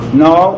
no